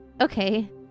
Okay